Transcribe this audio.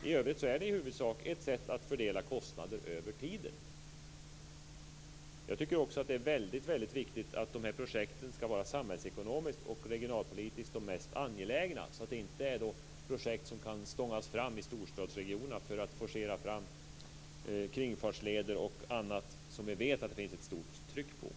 I övrigt är den i huvudsak ett sätt att fördela kostnader över tiden. Jag tycker också att det är väldigt viktigt att projekten ska vara de mest angelägna samhällspolitiskt och regionalpolitiskt. Det ska alltså inte vara projekt som kan stångas fram i storstadsregionerna för att forcera fram kringfartsleder och annat som vi vet att det finns ett stort tryck för.